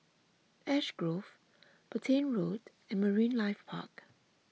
Ash Grove Petain Road and Marine Life Park